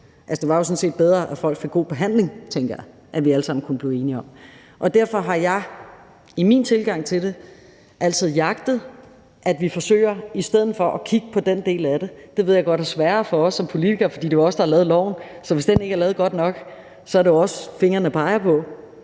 Det var sådan set bedre, at folk fik god behandling, tænker jeg at vi alle sammen kan blive enige om. Derfor har jeg i min tilgang til det altid jagtet, at vi i stedet for at kigge på den del af det forsøger at kigge på loven. Det ved jeg godt er sværere for os som politikere, fordi det er os, der har lavet loven, så hvis den ikke er lavet godt nok, er det jo os, fingrene peger på,